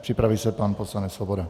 Připraví se pan poslanec Svoboda.